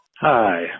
Hi